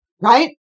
Right